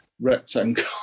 rectangle